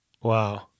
Wow